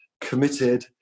committed